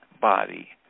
body